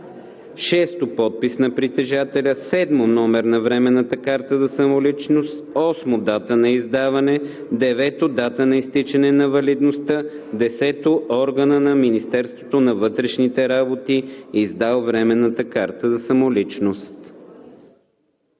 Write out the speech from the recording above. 6. подпис на притежателя; 7. номер на временната карта за самоличност; 8. дата на издаване; 9. дата на изтичане на валидността; 10. органа на Министерството на вътрешните работи, издал временната карта за самоличност.“